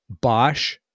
Bosch